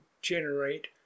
Generate